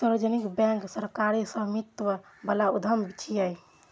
सार्वजनिक बैंक सरकारी स्वामित्व बला उद्यम छियै